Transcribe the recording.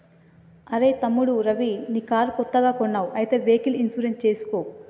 అరెయ్ తమ్ముడు రవి నీ కారు కొత్తగా కొన్నావ్ అయితే వెహికల్ ఇన్సూరెన్స్ చేసుకో